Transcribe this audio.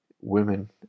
women